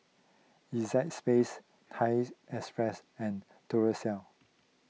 Acexspades Thai Express and Duracell